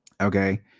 Okay